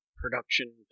production